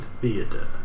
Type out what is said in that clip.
Theatre